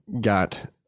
got